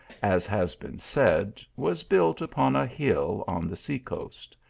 as has been said, was built upon a hill on the sea coast.